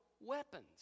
weapons